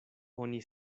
oni